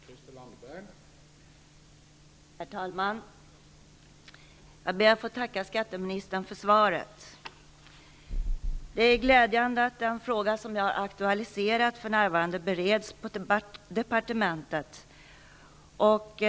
Herr talman! Jag ber att få tacka skatteministern för svaret. Det är glädjande att den fråga jag har aktualiserat för närvarande bereds i departementet.